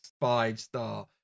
five-star